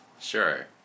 Sure